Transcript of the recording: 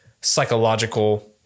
psychological